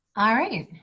all right,